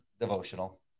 devotional